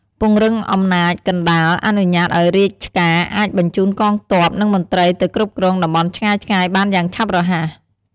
ពង្រឹងអំណាចកណ្ដាល អនុញ្ញាតឲ្យរាជការអាចបញ្ជូនកងទ័ព និងមន្ត្រីទៅគ្រប់គ្រងតំបន់ឆ្ងាយៗបានយ៉ាងឆាប់រហ័ស។